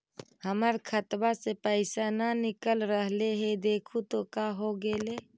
हमर खतवा से पैसा न निकल रहले हे देखु तो का होगेले?